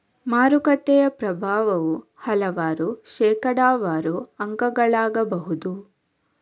ಮಾರುಕಟ್ಟೆಯ ಪ್ರಭಾವವು ಹಲವಾರು ಶೇಕಡಾವಾರು ಅಂಕಗಳಾಗಬಹುದು